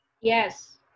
Yes